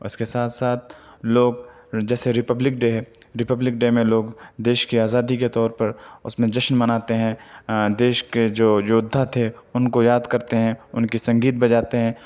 اس کے ساتھ ساتھ لوگ جیسے ریپبلک ڈے ہے ریپبلک ڈے میں لوگ دیش کی آزادی کے طور پر اس میں جشن مناتے ہیں دیش کے جو یودھا تھے ان کو یاد کرتے ہیں ان کی سنگیت بجاتے ہیں